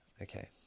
Okay